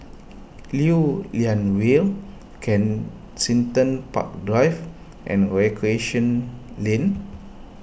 Lew Lian Vale Kensington Park Drive and Recreation Lane